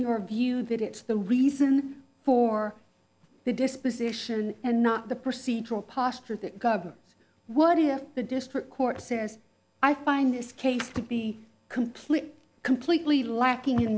your view that it's the reason for the disposition and not the procedural posture what if the district court says i find this case to be completely completely lacking in